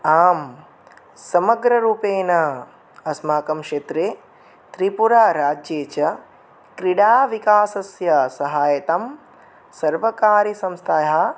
आं समग्ररूपेण अस्माकं क्षेत्रे त्रिपुराराज्ये च क्रीडाविकासस्य सहायतां सर्वकारीयसंस्थायाः